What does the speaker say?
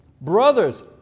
brothers